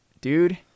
dude